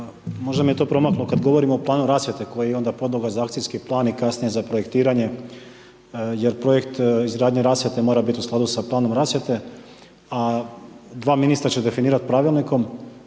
možda mi je to promaklo, kad govorimo o planu rasvjete koji je onda podloga za akcijski plan i kasnije za projektiranje jer projekt izgradnje rasvjete mora biti u skladu sa planom rasvjete a dva ministra će definirati pravilnikom.